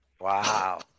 Wow